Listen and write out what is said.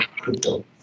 crypto